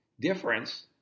difference